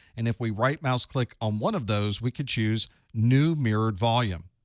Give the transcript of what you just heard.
and if we right mouse click on one of those, we could choose new mirrored volume.